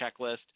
checklist